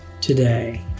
today